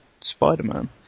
Spider-Man